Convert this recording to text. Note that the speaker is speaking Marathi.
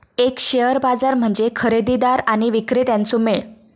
एक शेअर बाजार म्हणजे खरेदीदार आणि विक्रेत्यांचो मेळ